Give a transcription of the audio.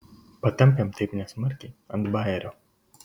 patampėm taip nesmarkiai ant bajerio